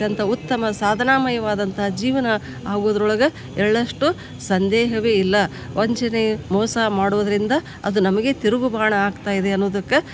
ಅತ್ಯಂತ ಉತ್ತಮ ಸಾಧನಾಮಯವಾದಂಥ ಜೀವನ ಆಗುದ್ರೊಳಗೆ ಎಳ್ಳಷ್ಟು ಸಂದೇಹವೇ ಇಲ್ಲ ವಂಚನೆ ಮೋಸ ಮಾಡುವುದರಿಂದ ಅದು ನಮಗೆ ತಿರುಗುಬಾಣ ಆಗ್ತಾ ಇದೆ ಅನ್ನುದಕ್ಕೆ